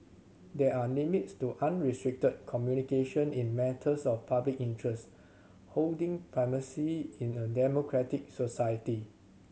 there are limits to unrestricted communication in matters of public interest holding primacy in a democratic society